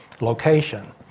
location